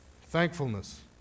thankfulness